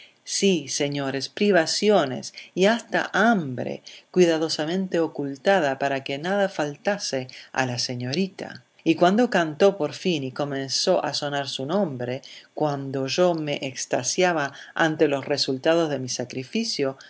sí señores privaciones y hasta hambre cuidadosamente ocultada para que nada faltase a la señorita y cuando cantó por fin y comenzó a sonar su nombre cuando yo me extasiaba ante los resultados de mi sacrificio